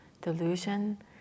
delusion